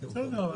בסדר,